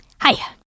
Hi